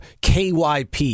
KYP